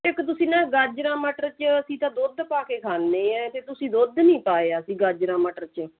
ਇੱਕ ਤੁਸੀਂ ਨਾ ਗਾਜਰਾਂ ਮਟਰ 'ਚ ਅਸੀਂ ਤਾਂ ਦੁੱਧ ਪਾ ਕੇ ਖਾਂਦੇ ਆ ਅਤੇ ਤੁਸੀਂ ਦੁੱਧ ਨਹੀਂ ਪਾਇਆ ਸੀ ਗਾਜਰਾਂ ਮਟਰ 'ਚ